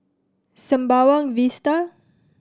Sembawang Vista